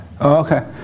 Okay